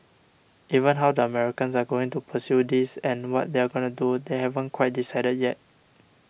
even how the Americans are going to pursue this and what they're going to do they haven't quite decided yet